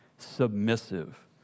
submissive